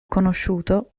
conosciuto